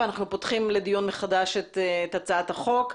ואנחנו פותחים לדיון מחדש את הצעת החוק.